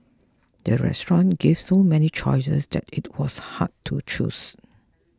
the restaurant gave so many choices that it was hard to choose